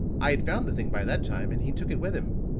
i had found the thing by that time and he took it with him.